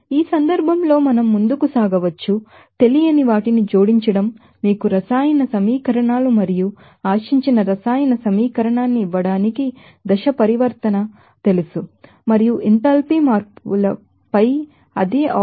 ఈ సందర్భంలో మనం ముందుకు సాగవచ్చు తెలియని వాటిని జోడించడం మీకు రసాయన సమీకరణాలు మరియు ఆశించిన రసాయన సమీకరణాన్ని ఇవ్వడానికి ఫేజ్ చేంజ్ తెలుసు మరియు ఎంథాల్పీ మార్పులపై అదే ఆపరేషన్ ను K బయటకు పంపుతుంది